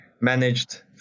managed